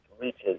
reaches